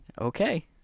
Okay